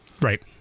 right